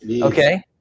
Okay